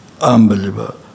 unbelievable